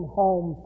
home